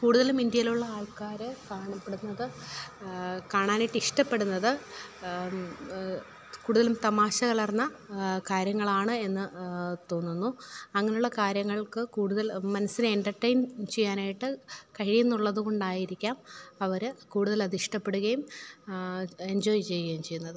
കൂടുതലും ഇന്ത്യയിലുള്ള ആൾക്കാർ കാണപ്പെടുന്നത് കാണാനായിട്ട് ഇഷ്ടപ്പെടുന്നത് കൂടുതലും തമാശ കലർന്ന കാര്യങ്ങളാണ് എന്ന് തോന്നുന്നു അങ്ങനെയുള്ള കാര്യങ്ങൾക്ക് കൂടുതൽ മനസ്സിനെ എൻ്റർടെയിൻ ചെയ്യാനായിട്ട് കഴിയുന്നുള്ളത് കൊണ്ടായിരിക്കാം അവർ കൂടുതൽ അത് ഇഷ്ടപ്പെടുകയും എൻജോയ് ചെയ്യുകയും ചെയ്യുന്നത്